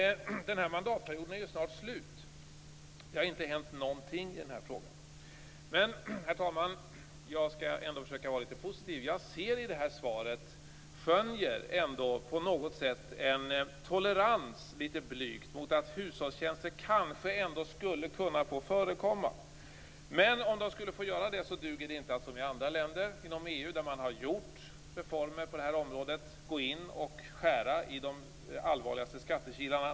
Den här mandatperioden är snart slut. Det har inte hänt någonting i den här frågan. Men, herr talman, jag skall ändå försöka vara litet positiv. Jag skönjer ändå i det här svaret en tolerans, litet blyg, för att hushållstjänster kanske ändå skulle kunna få förekomma. Men i så fall duger det inte att, som i andra länder inom EU där man har gjort reformer på det här området, gå in och skära i de allvarligaste skattekilarna.